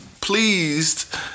Pleased